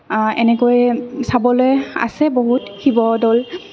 এনেকৈয়ে চাবলৈ আছে বহুত শিৱ দৌল